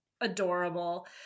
adorable